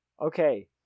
Okay